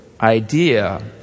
idea